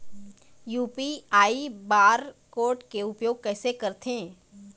UPI bar code के उपयोग कैसे करथें?